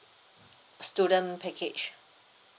student package